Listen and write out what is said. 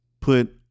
put